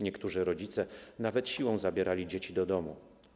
Niektórzy rodzice nawet siłą zabierali dzieci do domu.